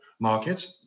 market